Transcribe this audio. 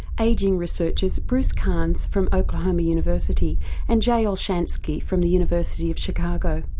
ageing researchers bruce carnes from oklahoma university and jay olshansky from the university of chicago.